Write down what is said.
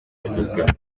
bagezweho